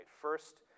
first